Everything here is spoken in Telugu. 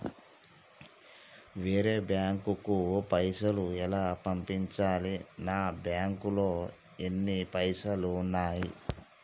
వేరే బ్యాంకుకు పైసలు ఎలా పంపించాలి? నా బ్యాంకులో ఎన్ని పైసలు ఉన్నాయి?